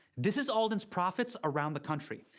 this is alden's profits around the country.